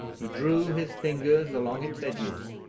he drew his fingers along its edges,